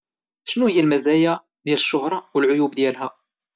شنوهيا المزايا ديال الشهرة والعيوب ديالها؟